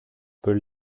peut